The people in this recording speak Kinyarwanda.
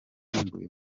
asimbuye